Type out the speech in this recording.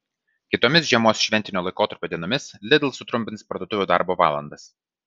kitomis žiemos šventinio laikotarpio dienomis lidl sutrumpins parduotuvių darbo valandas